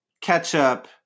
Ketchup